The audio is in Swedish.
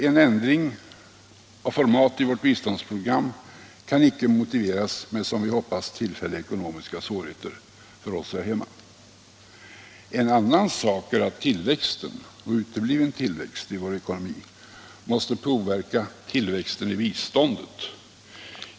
En ändring av format i vårt biståndsprogram kan icke motiveras med, som vi hoppas, tillfälliga ekonomiska svårigheter för oss här hemma. En annan sak är att tillväxten — och utebliven tillväxt — i vår ekonomi måste påverka tillväxten i biståndet.